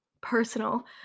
personal